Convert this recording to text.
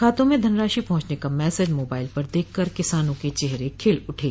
खातों में धनराशि पहुंचने का मैसेज मोबाइलों पर दख कर किसानों के चेहरे खिल उठे